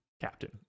captain